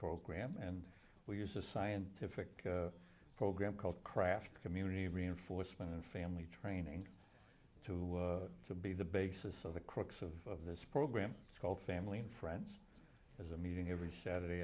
program and we use a scientific program called craft community reinforcement and family training to be the basis of the crux of this program it's called family and friends as a meeting every saturday